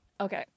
Okay